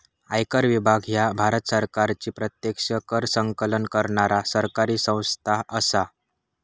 आयकर विभाग ह्या भारत सरकारची प्रत्यक्ष कर संकलन करणारा सरकारी संस्था असा